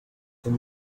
them